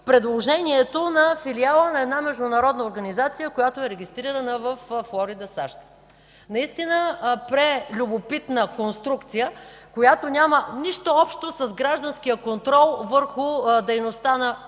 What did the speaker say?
предложението на филиала на една международна организация, която е регистрирана във Флорида, САЩ. Наистина, прелюбопитна конструкция, която няма нищо общо с гражданския контрол върху дейността на публичните